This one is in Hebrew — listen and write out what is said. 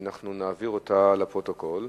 ואנחנו נעביר אותה לפרוטוקול.